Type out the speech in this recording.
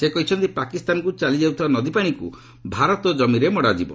ସେ କହିଛନ୍ତି ପାକିସ୍ତାନକୁ ଚାଲିଯାଉଥିବା ନଦୀପାଣିକୁ ଭାରତ କମିରେ ମଡ଼ାଯିବ